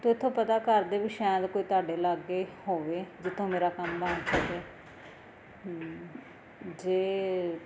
ਤੂੰ ਇੱਥੋਂ ਪਤਾ ਕਰਦੇ ਵੀ ਸ਼ਾਇਦ ਕੋਈ ਤੁਹਾਡੇ ਲਾਗੇ ਹੋਵੇ ਜਿੱਥੋਂ ਮੇਰਾ ਕੰਮ ਬਣ ਸਕੇ ਜੇ